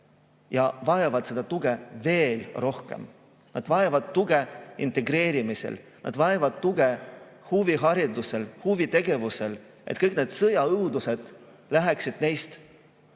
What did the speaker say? ja vajavad seda tuge veel rohkem. Nad vajavad tuge integreerumisel, nad vajavad tuge huvihariduses ja huvitegevuses, et kõik need sõjaõudused läheks neist